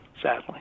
sadly